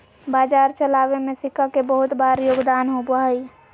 बाजार चलावे में सिक्का के बहुत बार योगदान होबा हई